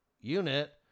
unit